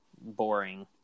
boring